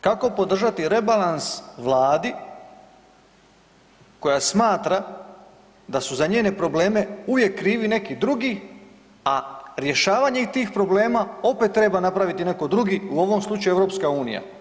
Kako podržati rebalans Vladi koja smatra da su za njene probleme uvijek krivi neki drugi a rješavanje tih problema, opet treba napraviti netko drugi u ovom slučaju EU?